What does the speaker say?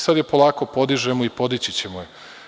Sada je polako podižemo i podići ćemo je.